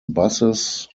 buses